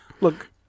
Look